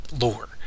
lore